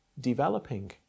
developing